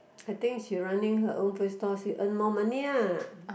I think she running her own food store she earn more money ah